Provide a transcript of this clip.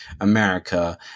america